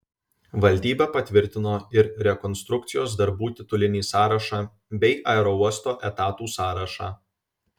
valdyba patvirtino ir rekonstrukcijos darbų titulinį sąrašą bei aerouosto etatų sąrašą